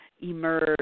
emerge